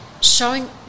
showing